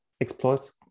exploits